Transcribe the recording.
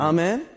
Amen